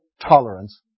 tolerance